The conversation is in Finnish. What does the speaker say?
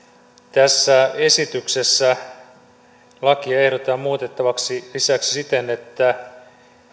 tässä esityksessä lakia ehdotetaan muutettavaksi lisäksi siten että